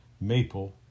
maple